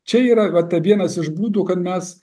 čia yra va ta vienas iš būdų kad mes